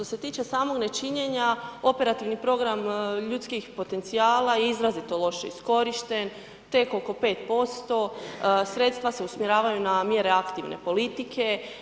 Što se tiče samog nečinjenja, operativni program ljudskih potencijala je izrazito loše iskorišten, teko oko 5%, sredstva se usmjeravaju na mjere aktivne politike.